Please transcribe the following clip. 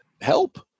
help